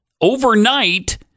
overnight